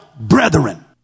brethren